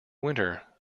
winter